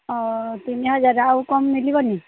ହଁ ତିନି ହଜାରରେ ଆଉ କମ୍ ମିଳିବନି